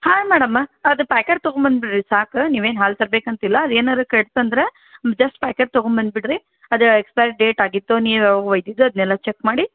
ಹಾಂ ಮೇಡಮ ಅದು ಪ್ಯಾಕೇಟ್ ತೊಗೊಂಡ್ಬದ್ಬಿಡ್ರಿ ಸಾಕು ನೀವೇನು ಹಾಲು ತರಬೇಕಂತಿಲ್ಲ ಅದು ಏನಾದ್ರು ಕೆಡ್ತು ಅಂದರೆ ಜೆಸ್ಟ್ ಪ್ಯಾಕೇಟ್ ತೊಗೊಂಡ್ಬದ್ಬಿಡ್ರಿ ಅದು ಎಕ್ಸ್ಪೈರ್ ಡೇಟ್ ಆಗಿತ್ತು ನೀವು ಯಾವಾಗ ಒಯ್ದಿದ್ದು ಅದನ್ನೆಲ್ಲ ಚೆಕ್ ಮಾಡಿ